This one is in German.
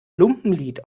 lumpenlied